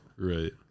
right